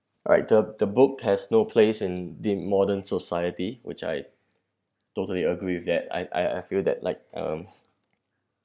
right the the book has no place in the modern society which I totally agree with that I I I feel that like um